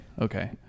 okay